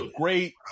great